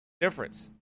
Difference